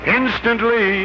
instantly